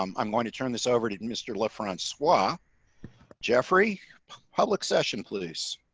um i'm going to turn this over to mr. lift francois jeffrey public session, please.